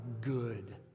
good